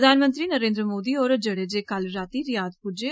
प्रधानमंत्री नरेन्द्र मोदी होर जेहड़े जे कल रातीं रियाध पुज्जे